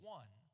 one